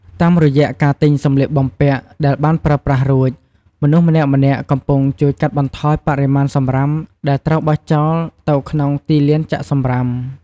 តាមរយៈការទិញសម្លៀកបំពាក់ដែលបានប្រើប្រាស់រួច មនុស្សម្នាក់ៗកំពុងជួយកាត់បន្ថយបរិមាណសំរាមដែលត្រូវបោះចោលទៅក្នុងទីលានចាក់សំរាម។